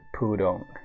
Pudong